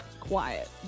quiet